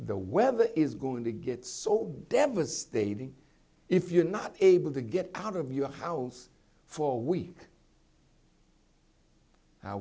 the weather is going to get so devastating if you're not able to get out of your house for week